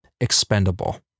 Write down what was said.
expendable